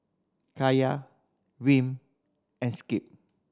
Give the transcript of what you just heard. Kaiya Wm and Skip